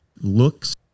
looks